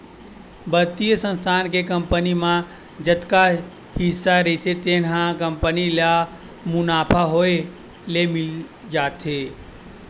बित्तीय संस्था के कंपनी म जतका हिस्सा रहिथे तेन ह कंपनी ल मुनाफा होए ले मिल जाथे